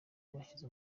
bashyize